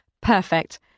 Perfect